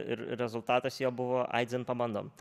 ir rezultatas jo buvo ai dzin pabandom